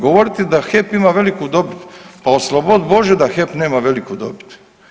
Govoriti da HEP ima veliku dobit, pa oslobodi bože da HEP nema veliku dobit.